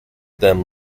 them